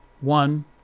One